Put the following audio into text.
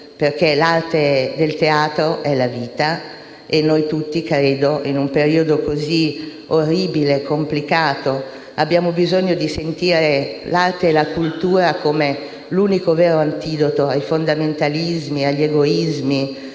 L'arte del teatro è infatti la vita e credo che noi tutti, in un periodo così orribile e complicato, abbiamo bisogno di sentire l'arte e la cultura come l'unico vero antidoto ai fondamentalismi, agli egoismi,